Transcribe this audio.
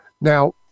Now